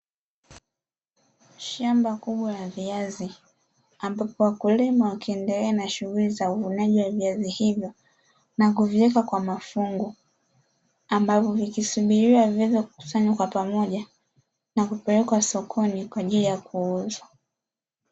Shamba kubwa la viazi ambapo wakulima wakiendelea na shughuli za uvunaji wa viazi hivyo na kuviweka kwa mafungu, ambavyo vikisubiriwa viweze kukusanywa kwa pamoja na kupelekwa sokoni kwa ajili ya kuuzwa.